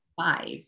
five